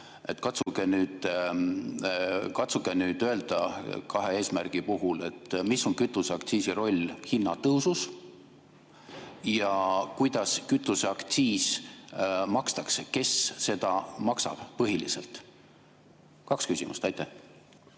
Katsuge nüüd öelda kahe eesmärgi puhul, mis on kütuseaktsiisi roll hinnatõusus ja kuidas kütuseaktsiisi makstakse, kes seda maksab põhiliselt. Kaks küsimust. Tänan!